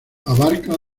abarcaba